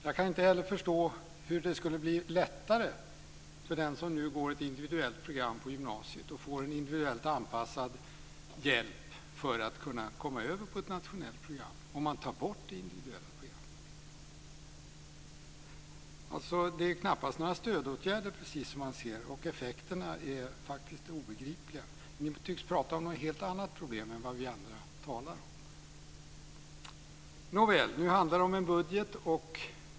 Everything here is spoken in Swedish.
Jag kan inte heller förstå hur det skulle bli lättare för den som nu går ett individuellt program på gymnasiet och får en individuellt anpassad hjälp för att kunna komma över på ett nationellt program om det individuella programmet tas bort. Det är knappast stödåtgärder som finns. Effekterna är obegripliga. Ni tycks prata om ett helt annat problem än vad vi andra talar om. Nåväl. Nu handlar det om en budget.